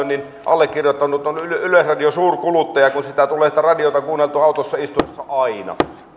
niin allekirjoittanut on yleisradion suurkuluttaja kun sitä radiota tulee kuunneltua autossa istuessa aina